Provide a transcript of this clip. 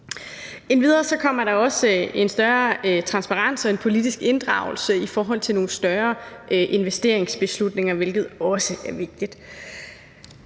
Der kommer endvidere en større transparens og politisk inddragelse i forhold til nogle større investeringsbeslutninger, hvilket også er vigtigt.